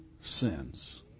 sins